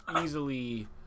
easily